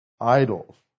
idols